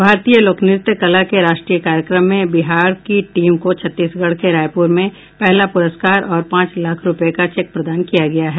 भारतीय लोक नृत्य कला के राष्ट्रीय कार्यक्रम में बिहार की टीम को छत्तीसगढ़ के रायपुर में पहला पुरस्कार और पांच लाख रूपये का चेक प्रदान किया गया है